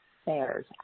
Affairs